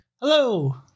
Hello